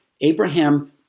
Abraham